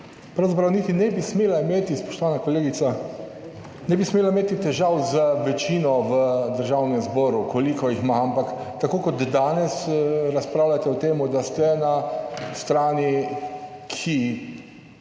pravzaprav niti ne bi smela imeti, spoštovana kolegica, ne bi smela imeti težav z večino v Državnem zboru, koliko jih ima, ampak tako kot danes razpravljate o tem, da ste na strani, ki